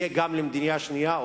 יהיה גם למדינה שנייה,